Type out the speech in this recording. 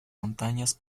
montañas